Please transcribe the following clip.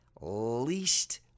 least